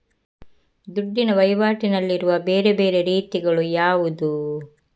ದುಡ್ಡಿನ ವಹಿವಾಟಿನಲ್ಲಿರುವ ಬೇರೆ ಬೇರೆ ರೀತಿಗಳು ಯಾವುದು?